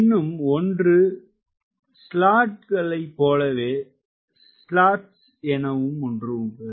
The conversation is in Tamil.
இன்னும் ஒன்று ஸ்லாட்கள் போலவே ஸ்லேட்கள் எனவும் ஒன்று உள்ளது